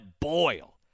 boil